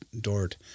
Dort